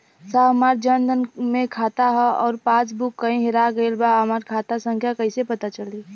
साहब हमार जन धन मे खाता ह अउर पास बुक कहीं हेरा गईल बा हमार खाता संख्या कईसे पता चली?